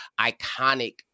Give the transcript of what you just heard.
iconic